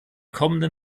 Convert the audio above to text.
kommenden